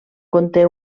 conté